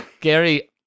Gary